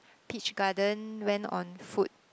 Peach Garden went on food